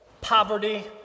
poverty